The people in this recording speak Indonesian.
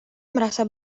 merasa